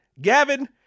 Gavin